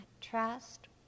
trust